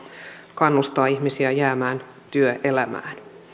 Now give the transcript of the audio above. kannustaa ihmisiä jäämään työelämään